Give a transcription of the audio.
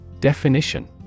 Definition